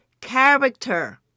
character